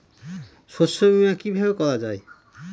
শস্য বীমা কিভাবে করা যায়?